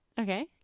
okay